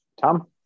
Tom